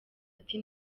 ati